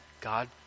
God